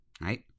right